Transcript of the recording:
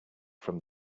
from